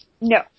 no